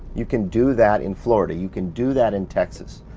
you can do that in florida. you can do that in texas.